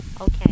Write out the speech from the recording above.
Okay